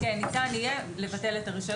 יהיה ניתן לבטל את הרישיון.